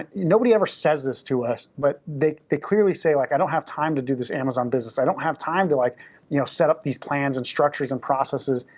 and nobody ever says this to us, but they they clearly say, like, i don't have time to do this amazon business. i don't have time to like you know set up these plans, and structures, and processes.